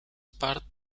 part